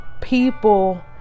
people